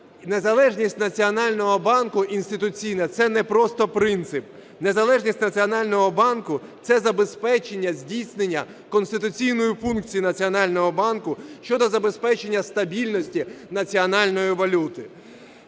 Незалежність Національного банку інституційна – це не просто принцип. Незалежність Національного банку – це забезпечення здійснення конституційної функції Національного банку щодо забезпечення стабільності національної валюти.